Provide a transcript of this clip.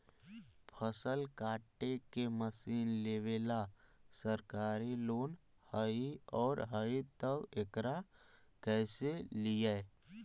फसल काटे के मशीन लेबेला सरकारी लोन हई और हई त एकरा कैसे लियै?